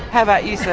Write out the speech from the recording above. how about you so